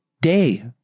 day